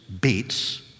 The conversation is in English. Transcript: beats